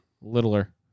Littler